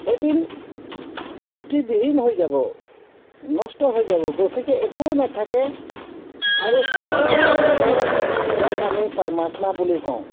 এদিন দৃষ্টিবিহীন হৈ যাব নষ্ট হৈ যাব গতিকে একো বস্তু নাথাকে আৰু এটাই বস্তু থাকে যাক আমি পৰ্মাত্মা বুলি কওঁ